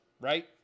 right